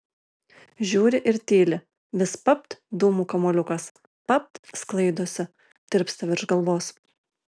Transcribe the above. žiūri ir tyli vis papt dūmų kamuoliukas papt sklaidosi tirpsta virš galvos